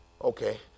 Okay